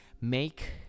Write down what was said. make